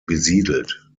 besiedelt